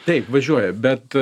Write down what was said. taip važiuoja bet